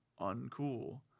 uncool